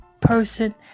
Person